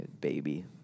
Baby